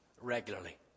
regularly